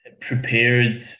prepared